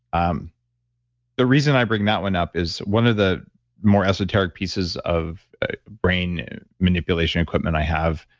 um the reason i bring that one up is one of the more esoteric pieces of brain manipulation equipment i have.